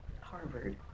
Harvard